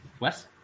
Wes